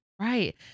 Right